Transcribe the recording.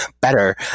better